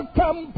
come